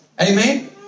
Amen